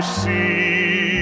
see